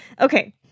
okay